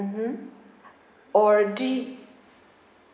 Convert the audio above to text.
mmhmm or do you